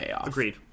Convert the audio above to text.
Agreed